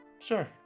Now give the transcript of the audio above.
Sure